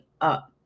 up